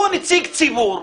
הוא נציג ציבור.